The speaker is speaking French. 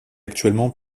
actuellement